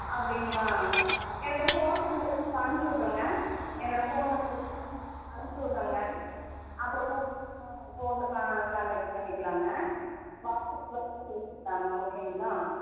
அப்படிங்ளா என்னோடய phone number இருக்குது அம்ச்சு விடுறேங்க என்னோடய ஃபோன் நம்பரு உங்களுக்கு அனுப் அனுப்ச்சு விடுறேங்க அப்புறம் ஃபோன் ஃபோனில் கா கான்டெக்ட் பண்ணிக்கலாங்க வாட்ஸ்ஆப்பில் கூட பேசிக்கலாங்க ஓகேங்களா